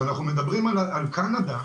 כשאנחנו מדברים על קנדה,